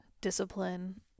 discipline